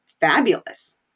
fabulous